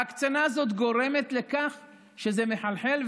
ההקצנה הזאת גורמת לכך שזה מחלחל,